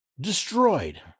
destroyed